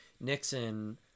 Nixon